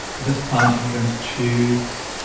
this time i'm going to choose,